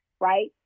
right